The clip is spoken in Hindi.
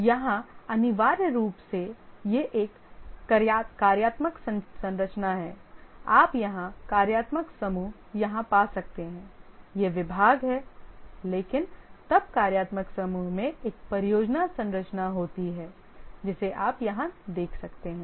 यहां अनिवार्य रूप से यह एक कार्यात्मक संरचना है आप यहां कार्यात्मक समूह यहां पा सकते हैं ये विभाग हैं लेकिन तब कार्यात्मक समूह में एक परियोजना संरचना होती है जिसे आप यहां देख सकते हैं